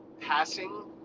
passing